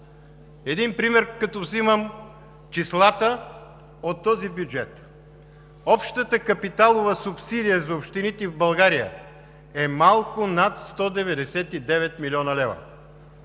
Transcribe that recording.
Един пример, като взимам числата от този бюджет. Общата капиталова субсидия за общините в България е малко над 199 млн. лв.,